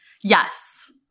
Yes